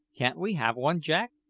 can't we have one, jack?